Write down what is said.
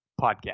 podcast